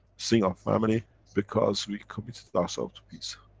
seeing our family because we committed ourselves to peace.